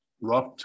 rough